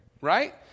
right